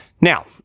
Now